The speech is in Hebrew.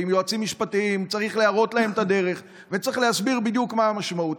וליועצים משפטיים צריך להראות את הדרך וצריך להסביר בדיוק מה המשמעות.